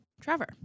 Trevor